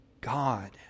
God